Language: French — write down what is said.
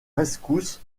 rescousse